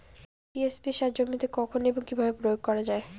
TSP সার জমিতে কখন এবং কিভাবে প্রয়োগ করা য়ায়?